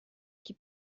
qui